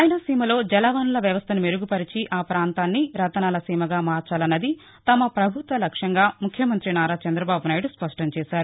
రాయలసీమలో జలవనరుల వ్యవస్థను మెరుగుపరచి ఆ ప్రాంతాన్ని రతనాల సీమగా మార్చాలన్నది తమ ప్రభుత్వ లక్ష్యంగా ముఖ్యమంతి నారాచంద్రబాబు నాయుడు స్పష్టం చేశారు